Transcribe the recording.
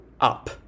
up